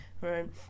right